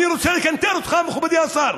אני רוצה לקנטר אותך, מכובדי השר: